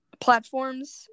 Platforms